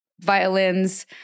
violins